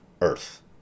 Earth